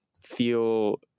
feel